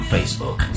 Facebook